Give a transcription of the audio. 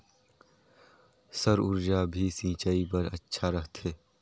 सौर ऊर्जा भी सिंचाई बर अच्छा रहथे?